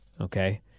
okay